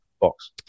box